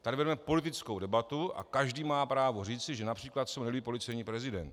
Tady vedeme politickou debatu a každý má právo říci, že například se mu nelíbí policejní prezident.